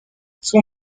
son